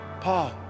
Paul